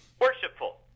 Worshipful